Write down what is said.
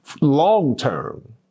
long-term